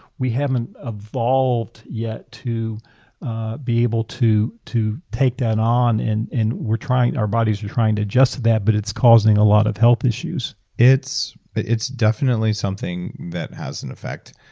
we haven't evolved yet to be able to to take that on and we're trying, our bodies are trying to adjust that but it's causing a lot of health issues it's it's definitely something that has an effect.